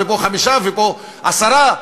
פה חמישה ופה עשרה,